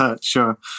Sure